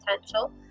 potential